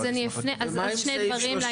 אז שני דברים לעניין הזה.